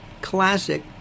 classic